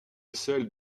celle